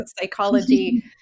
psychology